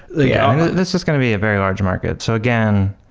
yeah this is going to be a very large market. so again,